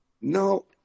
No